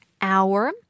hour